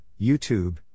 YouTube